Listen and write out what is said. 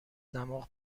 دماغ